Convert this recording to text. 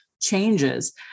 changes